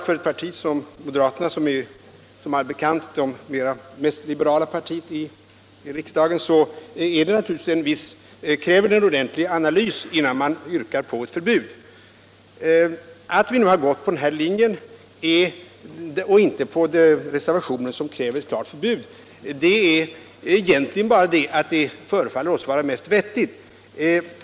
För ett parti som moderata samlingspartiet som — det är bekant — är det mest liberala partiet i riksdagen krävs en ordentlig analys innan man yrkar på förbud. Att vi nu har gått på utskottsmajoritetens linje och inte på reservationens, som kräver ett klart förbud, beror på att det förefaller oss vettigt.